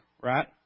right